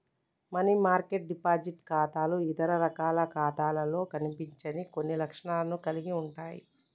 money market deposit ఖాతాలు ఇతర రకాల ఖాతాలలో కనిపించని కొన్ని లక్షణాలను కలిగి ఉంటయ్